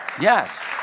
yes